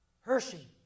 Hershey